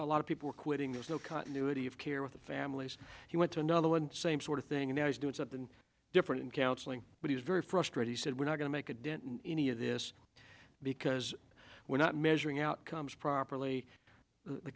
a lot of people are quitting there's no continuity of care with the families he went to another one same sort of thing and now he's doing something different in counseling but he's very frustrated said we're not going to make a dent in any of this because we're not measuring outcomes properly the